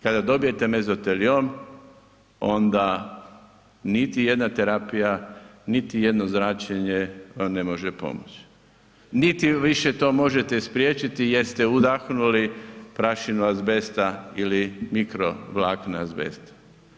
Kada dobijete mezoteliom onda niti jedna terapija, niti jedno zračenje vam ne može pomoći, niti više to možete spriječiti jer ste udahnuli prašinu azbesta ili mikro vlakna azbesta.